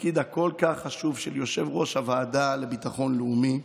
והתפקיד החשוב כל כך של יושב-ראש הוועדה לביטחון לאומי.